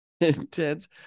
intense